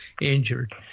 injured